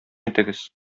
итегез